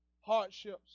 hardships